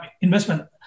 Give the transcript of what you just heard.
investment